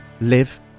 live